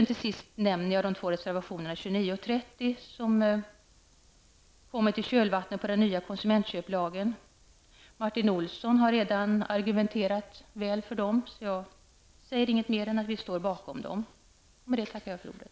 Till sist vill jag nämna reservationerna 29 och 30 som har kommit till i kölvattnet till den nya konsumentköplagen. Martin Olsson har redan argumenterat väl för dessa reservationer, och jag säger därför ingenting annat än att miljöpartiet står bakom dem. Med detta tackar jag för ordet.